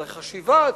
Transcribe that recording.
צריך חשיבה,